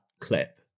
clip